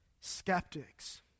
skeptics